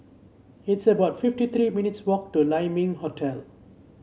it's about fifty three minutes' walk to Lai Ming Hotel